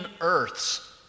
earths